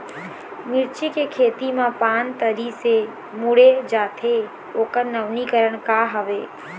मिर्ची के खेती मा पान तरी से मुड़े जाथे ओकर नवीनीकरण का हवे?